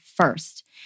first